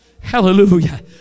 Hallelujah